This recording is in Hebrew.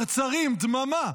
צרצרים, דממה.